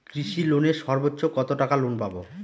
কৃষি লোনে সর্বোচ্চ কত টাকা লোন পাবো?